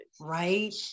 right